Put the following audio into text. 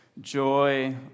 joy